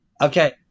Okay